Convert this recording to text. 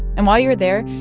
and while you're there,